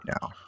now